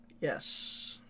Yes